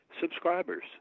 Subscribers